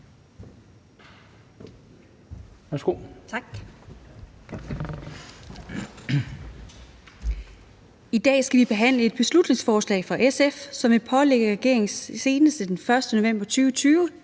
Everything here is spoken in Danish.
I dag skal vi behandle et beslutningsforslag fra SF, som vil pålægge regeringen senest den 1. november 2020